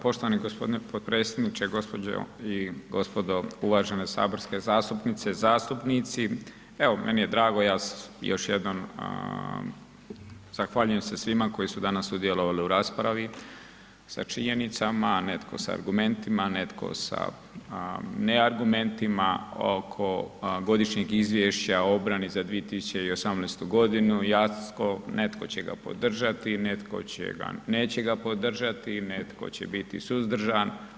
Poštovani gospodine potpredsjedniče, gospođo i gospodo uvažene saborske zastupnice, zastupnici, evo meni je drago ja još jednom zahvaljujem se svima koji su danas sudjelovali u raspravi sa činjenicama, netko sa argumentima, netko sa ne argumentima oko godišnjeg izvješća o obrani za 2018. iako netko će ga podržati, netko će ga neće ga podržati, netko će biti suzdržan.